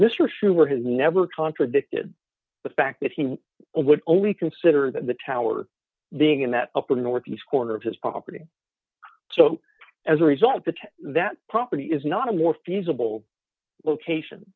this your shoer has never contradicted the fact that he would only consider that the tower being in that upper northeast corner of his property so as a result the two that property is not a more feasible location